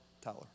Tyler